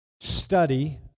study